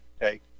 take